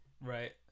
Right